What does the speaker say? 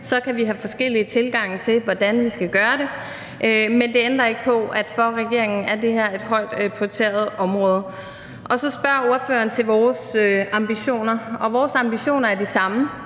Så kan vi have forskellige tilgange til, hvordan vi skal gøre det, men det ændrer ikke på, at for regeringen er det her et højt prioriteret område. Så spørger ordføreren til vores ambitioner. Vores ambitioner er de samme,